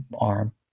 arm